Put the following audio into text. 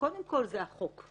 קודם כול זה החוק.